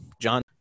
John